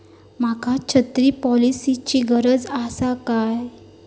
माका छत्री पॉलिसिची गरज आसा काय?